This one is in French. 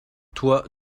toi